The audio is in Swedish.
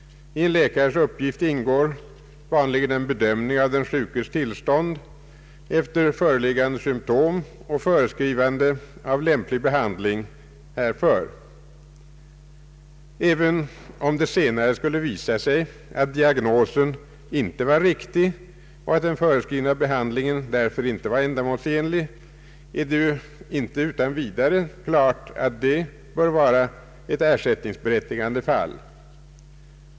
I en läkares uppgift ingår vanligen en bedömning av den sjukes tillstånd efter föreliggande symtom och föreskrivande av lämplig behandling härför. Även om det senare skulle visa sig att diagnosen inte var riktig och att den föreskrivna behandlingen därför inte var ändamålsenlig, är det inte utan vidare klart att det bör vara ett ersättningsberättigande fall.